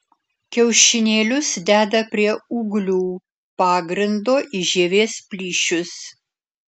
kiaušinėlius deda prie ūglių pagrindo į žievės plyšius